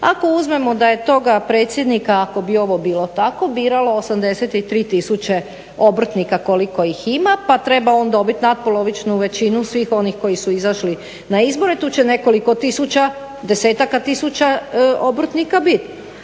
Ako uzmemo da je toga predsjednika, ako bi ovo bilo tako biralo 83000 obrtnika koliko ih ima, pa treba on dobit natpolovičnu većinu svih onih koji su izašli na izbore tu će nekoliko tisuća, desetaka tisuća obrtnika biti.